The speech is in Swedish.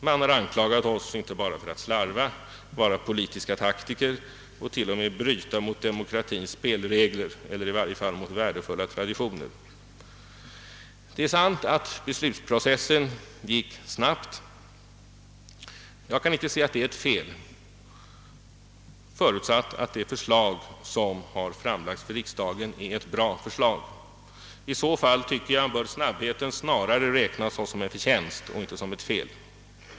Man har anklagat oss för att slarva, att vara politiska taktiker och t.o.m. bryta mot demokratins spelregler eller i varje fall värdefulla traditioner. Det är sant att beslutsprocessen gick snabbt. Jag kan icke se att det är ett fel, förutsatt att det förslag som framlagts för riksdagen är ett bra förslag. I så fall, tycker jag, bör snabbheten snarare räknas som en förtjänst än som ett fel.